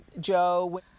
Joe